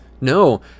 no